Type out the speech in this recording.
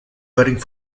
waiting